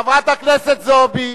חברת הכנסת זועבי.